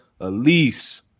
Elise